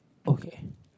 okay